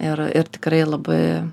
ir ir tikrai labai